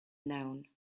known